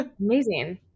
Amazing